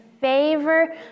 favor